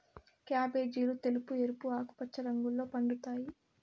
క్యాబేజీలు తెలుపు, ఎరుపు, ఆకుపచ్చ రంగుల్లో పండుతాయి